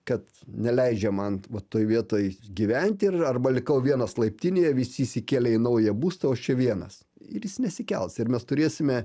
kad neleidžia man vat toj vietoj gyventi ir arba likau vienas laiptinėje visi įsikėlė į naują būstą o aš čia vienas ir jis nesikels ir mes turėsime